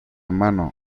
mano